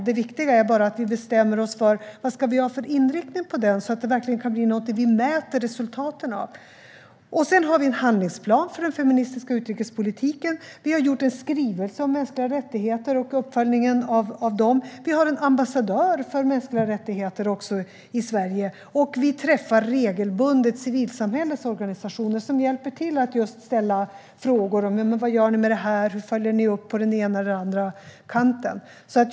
Det viktiga är att vi bestämmer oss för vad vi ska ha för inriktning på den så att det verkligen kan bli någonting som vi mäter resultaten av. Vi har en handlingsplan för den feministiska utrikespolitiken. Vi har formulerat en skrivelse om mänskliga rättigheter och uppföljningen av dem. Vi har också en ambassadör för mänskliga rättigheter i Sverige. Och vi träffar regelbundet civilsamhällets organisationer, som hjälper till att ställa frågor om hur vi gör med olika saker och hur vi följer upp dem på olika sätt.